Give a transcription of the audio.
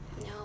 No